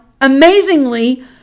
amazingly